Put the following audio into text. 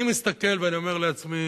אני מסתכל ואני אומר לעצמי: